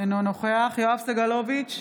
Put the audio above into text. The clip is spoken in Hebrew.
אינו נוכח יואב סגלוביץ'